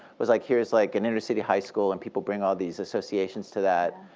was like here is like an inner city high school, and people bring all these associations to that,